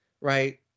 right